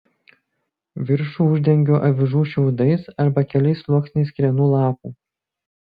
viršų uždengiu avižų šiaudais arba keliais sluoksniais krienų lapų